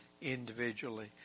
individually